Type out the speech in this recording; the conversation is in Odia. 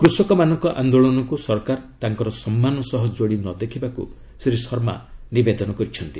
କୃଷକମାନଙ୍କ ଆନ୍ଦୋଳନକୁ ସରକାର ତାଙ୍କର ସମ୍ମାନ ସହ ଯୋଡ଼ି ନଦେଖିବାକୁ ଶ୍ରୀ ଶର୍ମା ନିବେଦନ କରିଛନ୍ତି